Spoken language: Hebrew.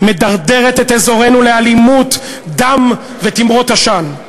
מדרדרת את אזורנו לאלימות, דם ותימרות עשן.